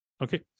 Okay